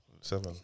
seven